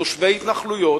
תושבי התנחלויות,